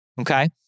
Okay